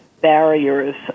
barriers